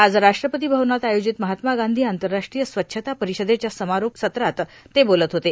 आज राष्ट्रपती भवनात आयोजित महात्मा गांधी आंतरराष्ट्रीय स्वच्छता परिषदेच्या समारोप सत्रात ते बोलत होते